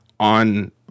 on